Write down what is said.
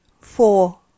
four